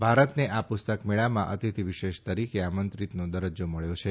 ભારતને આ પુસ્તક મેળામાં અતિથિ વિશેષ તરીકે આમંત્રીતનો દરજજા મળ્યો છે